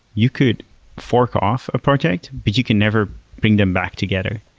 you could fork off a project, but you can never bring them back together.